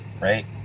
right